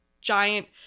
giant